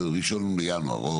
אחד בינואר,